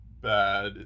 bad